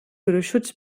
gruixuts